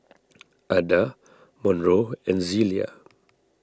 Adda Monroe and Zelia